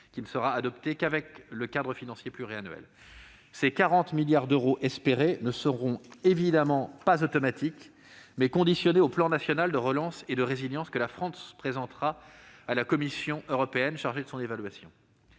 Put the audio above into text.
qui ne sera adopté qu'avec le cadre financier pluriannuel. Ces 40 milliards d'euros espérés ne seront évidemment pas automatiques, mais conditionnés au plan national de relance et de résilience que la France présentera à la Commission européenne, chargée de son évaluation.